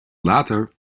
later